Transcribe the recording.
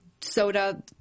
soda